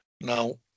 Now